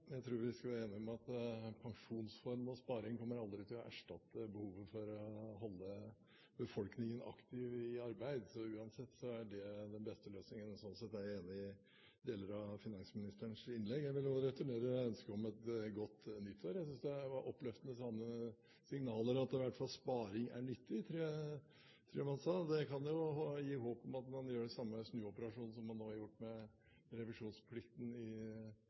Jeg tror vi skal være enige om at pensjonsfond og sparing aldri kommer til å erstatte behovet for å holde befolkningen aktiv i arbeid, så uansett er det den beste løsningen. Og sånn sett er jeg enig i deler av finansministerens innlegg. Jeg vil også returnere ønsket om et godt nytt år. Jeg synes i hvert fall det var oppløftende signaler at sparing er nyttig, som jeg tror han sa. Det kan jo gi håp om at man gjør den samme snuoperasjonen som man nå har gjort med revisjonsplikten i